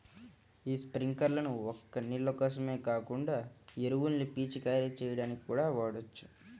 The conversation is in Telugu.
యీ స్పింకర్లను ఒక్క నీళ్ళ కోసమే కాకుండా ఎరువుల్ని పిచికారీ చెయ్యడానికి కూడా వాడొచ్చు